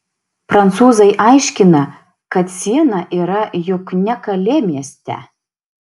prancūzai aiškina kad siena yra juk ne kalė mieste